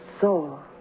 saw